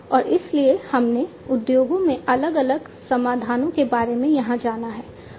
और इसलिए हमने उद्योगों में अलग अलग समाधानों के बारे में यहां जाना है